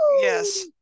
Yes